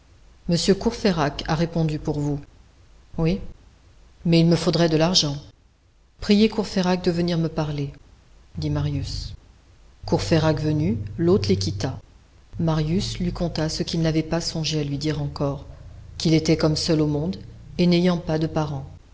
monsieur courfeyrac a répondu pour vous oui mais il me faudrait de l'argent priez courfeyrac de venir me parler dit marius courfeyrac venu l'hôte les quitta marius lui conta ce qu'il n'avait pas songé à lui dire encore qu'il était comme seul au monde et n'ayant pas de parents